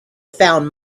found